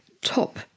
top